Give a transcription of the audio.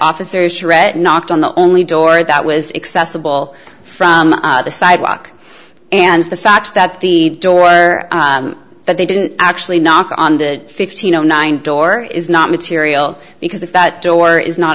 officers should read knocked on the only door that was accessible from the sidewalk and the such that the door or that they didn't actually knock on the fifteen zero nine door is not material because if that door is not